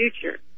future